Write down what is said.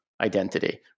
identity